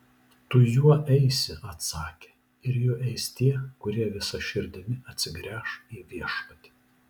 tu juo eisi atsakė ir juo eis tie kurie visa širdimi atsigręš į viešpatį